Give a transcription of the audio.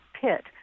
pit